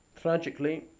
Tragically